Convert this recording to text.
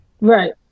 right